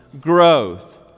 growth